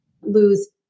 lose